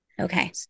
Okay